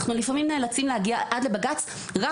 אנחנו לפעמים נאלצים להגיע עד לבג"ץ רק